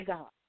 God